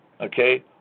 Okay